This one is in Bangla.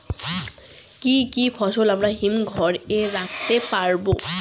কি কি ফসল আমরা হিমঘর এ রাখতে পারব?